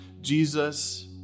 Jesus